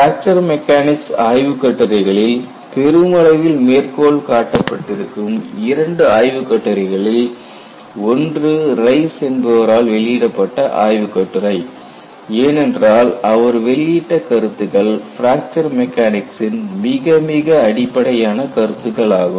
fracture mechanics ஆய்வுக் கட்டுரைகளில் பெருமளவில் மேற்கோள் காட்டப்பட்டிருக்கும் இரண்டு ஆய்வுக் கட்டுரைகளில் ஒன்று ரைஸ் என்பவரால் வெளியிடப்பட்ட ஆய்வுக் கட்டுரை ஏனென்றால் அவர் வெளியிட்ட கருத்துக்கள் பிராக்சர் மெக்கானிக்சின் மிக மிக அடிப்படையான கருத்துக்களாகும்